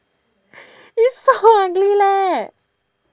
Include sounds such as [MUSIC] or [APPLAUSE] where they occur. [LAUGHS] it's so ugly leh